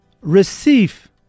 receive